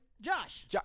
Josh